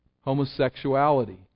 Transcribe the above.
Homosexuality